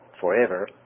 forever